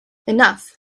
enough